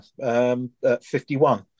51